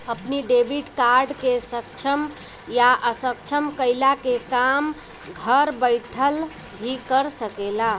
अपनी debit card के सक्षम या असक्षम कईला के काम घर बैठल भी कर सकेला